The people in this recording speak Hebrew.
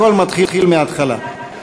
הכול מתחיל מההתחלה.